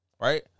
right